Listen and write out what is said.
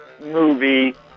movie